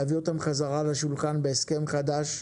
להביא אותם חזרה לשולחן בהסכם חדש,